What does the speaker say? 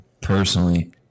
personally